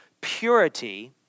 purity